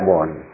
one